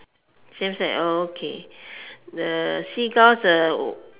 same side oh okay the seagulls uh